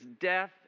death